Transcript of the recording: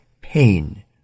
pain